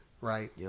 right